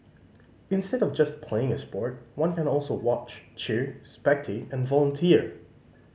instead of just playing a sport one can also watch cheer spectate and volunteer